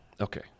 Okay